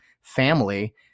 family